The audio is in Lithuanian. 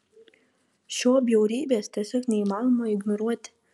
šio bjaurybės tiesiog neįmanoma ignoruoti